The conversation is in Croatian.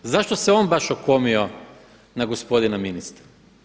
Zašto se on baš okomio na gospodina ministra?